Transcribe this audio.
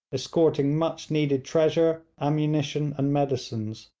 escorting much needed treasure, ammunition, and medicines.